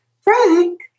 Frank